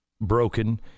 Broken